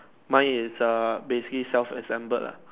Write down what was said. mine is ah basically self assembled lah